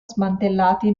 smantellati